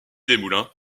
desmoulins